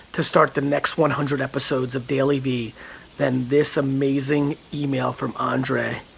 to start the next one hundred episodes of dailyvee than this amazing email from andre